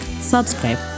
subscribe